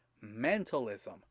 mentalism